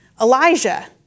Elijah